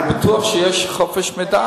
אני בטוח שיש חופש מידע.